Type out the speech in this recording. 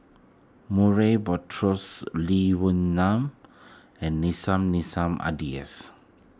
Murray Buttrose Lee Wee Nam and Nissim Nassim Adis